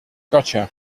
gotcha